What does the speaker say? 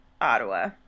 Ottawa